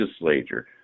legislature